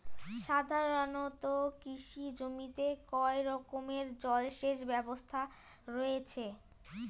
সাধারণত কৃষি জমিতে কয় রকমের জল সেচ ব্যবস্থা রয়েছে?